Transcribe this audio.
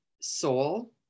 soul